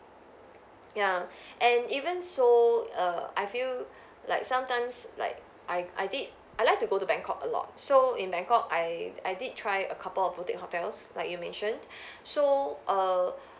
ya and even so err I feel like sometimes like I I did I like to go to bangkok a lot so in bangkok I I did try a couple of boutique hotels like you mentioned so err